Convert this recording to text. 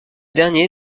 derniers